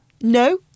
No